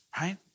right